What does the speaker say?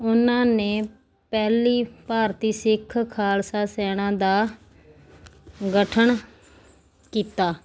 ਉਹਨਾਂ ਨੇ ਪਹਿਲੀ ਭਾਰਤੀ ਸਿੱਖ ਖਾਲਸਾ ਸੈਨਾ ਦਾ ਗਠਨ ਕੀਤਾ